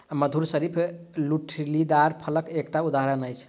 मधुर शरीफा गुठलीदार फलक एकटा उदहारण अछि